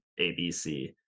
abc